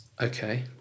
Okay